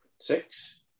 six